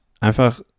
einfach